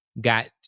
got